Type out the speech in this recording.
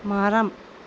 மரம்